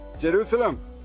Jerusalem